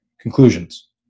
Conclusions